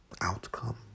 outcome